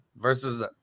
versus